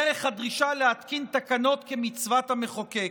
דרך הדרישה להתקין תקנות כמצוות המחוקק.